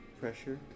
pressure